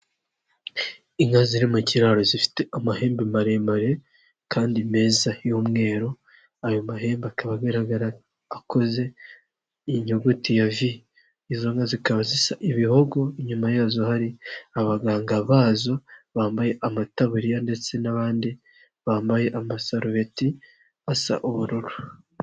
Inka ziri mu kiraro zifite amahembe maremare kandi meza y'umweru ayo mahembe akaba agaragara akoze inyuguti ya vi, izo nka zikaba zisa ibihogo, inyuma yazo hari abaganga bazo bambaye amataburiya ndetse n'abandi bambaye amasarubeti asa ubururu.